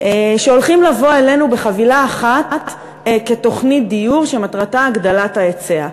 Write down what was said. שהולכים לבוא אלינו בחבילה אחת כתוכנית דיור שמטרתה הגדלת ההיצע.